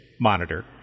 monitor